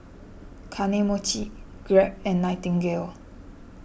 Kane Mochi Grab and Nightingale